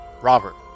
Robert